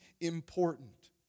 important